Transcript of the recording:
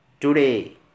Today